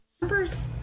Numbers